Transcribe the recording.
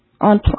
On